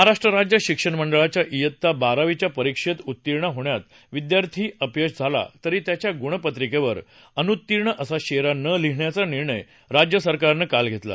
महाराष्ट्र राज्य शिक्षण मंडळाच्या शित्ता बारावीच्या परीक्षेत उत्तीर्ण होण्यात विद्यार्थी अपयशी झाला तरी त्याच्या गुणपत्रिकेवर अनुत्तीर्ण असा शेरा न लिहिण्याचा निर्णय राज्य सरकारनं काल घेतला